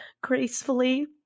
gracefully